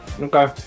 Okay